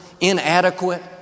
inadequate